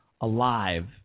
alive